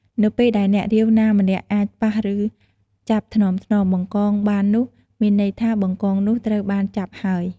នៅពេលដែល អ្នករាវ ណាម្នាក់អាច ប៉ះ ឬចាប់ថ្នមៗ បង្កងបាននោះ មានន័យថា បង្កង នោះត្រូវបាន ចាប់ ហើយ។